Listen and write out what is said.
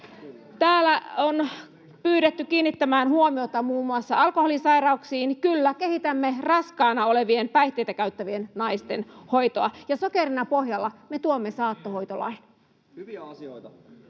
Täällä on pyydetty kiinnittämään huomiota muun muassa alkoholisairauksiin. Kyllä, kehitämme raskaana olevien, päihteitä käyttävien naisten hoitoa. Ja sokerina pohjalla, me tuomme saattohoitolain. [Eduskunnasta: